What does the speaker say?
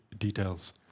details